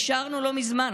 אישרנו לא מזמן,